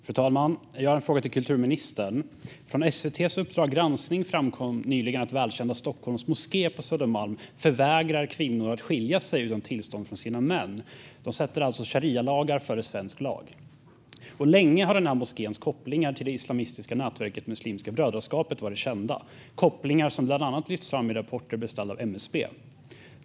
Fru talman! Jag har en fråga till kulturministern. I SVT:s Uppdrag granskning framkom nyligen att välkända Stockholms moské på Södermalm förvägrar kvinnor rätten att skilja sig utan tillstånd från sina män. Man sätter alltså sharialagar före svensk lag. Länge har också moskéns kopplingar till det islamistiska nätverket Muslimska brödraskapet varit kända - kopplingar som bland annat lyfts fram i rapporter beställda av MSB.